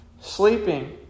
sleeping